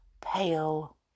pale